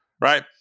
right